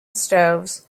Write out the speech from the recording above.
stoves